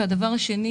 דבר שני